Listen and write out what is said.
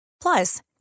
Plus